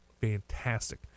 fantastic